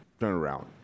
turnaround